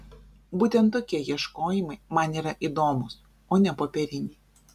būtent tokie ieškojimai man yra įdomūs o ne popieriniai